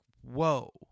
whoa